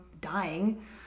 dying